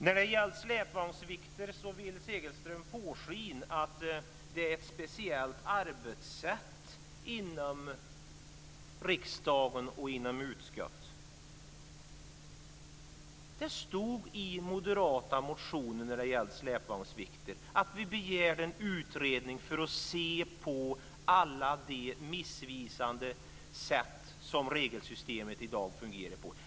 När det gäller släpvagnsvikter vill Segelström påskina att man har ett speciellt arbetssätt i riksdagens utskott. Vi begärde i den moderata motionen om släpvagnsvikter en utredning som skulle gå igenom alla de missvisande sätt som regelsystemet i dag fungerar på.